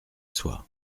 soit